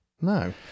No